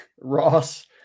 Ross